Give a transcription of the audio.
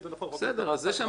זה שמעתי.